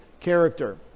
character